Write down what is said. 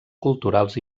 culturals